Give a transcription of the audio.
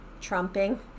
trumping